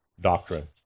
doctrine